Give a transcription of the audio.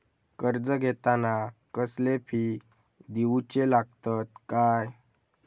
कर्ज घेताना कसले फी दिऊचे लागतत काय?